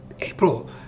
April